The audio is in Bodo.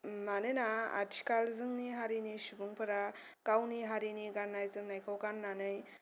मानोना आथिखाल जोंनि हारिनि सुबुंफोरा गावनि हारिनि गाननाय जोमनायखौ गाननानै